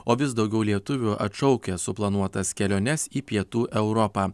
o vis daugiau lietuvių atšaukia suplanuotas keliones į pietų europą